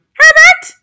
herbert